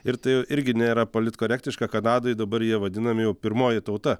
ir tai irgi nėra politkorektiška kanadoj dabar jie vadinami jau pirmoji tauta